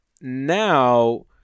now